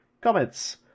Comments